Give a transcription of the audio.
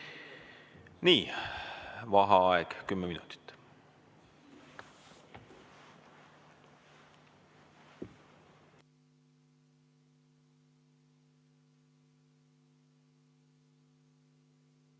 Nii, vaheaeg kümme minutit.V